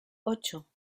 ocho